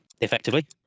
effectively